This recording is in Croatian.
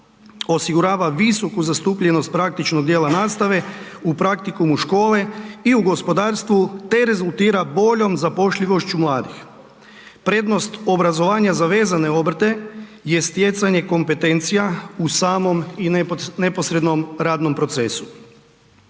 Osigurava visoku zastupljenost praktičnog dijela nastavke u praktikumu škole i u gospodarstvu te rezultira boljom zapošljivošću mladih. Prednost obrazovanja za vezane obrte je stjecanje kompetencija u samom i neposrednom radnom procesu.